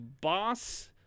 boss